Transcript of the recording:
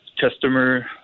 customer